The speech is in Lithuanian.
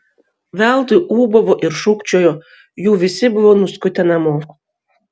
veltui ūbavo ir šūkčiojo jų visi buvo nuskutę namo